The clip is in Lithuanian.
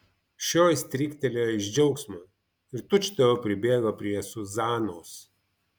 šioji stryktelėjo iš džiaugsmo ir tučtuojau pribėgo prie zuzanos